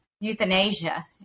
euthanasia